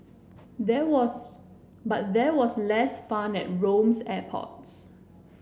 there was but there was less fun at Rome's airports